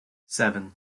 seven